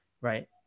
Right